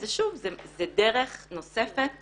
וזה שוב, זו דרך נוספת